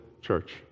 church